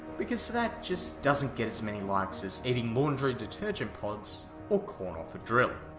because that just doesn't get as many likes as eating laundry detergent pods or corn off a drill.